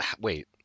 Wait